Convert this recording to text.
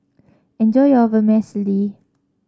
enjoy your Vermicelli